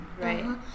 Right